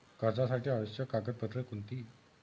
कर्जासाठी आवश्यक कागदपत्रे कोणती?